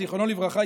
זיכרונו לברכה,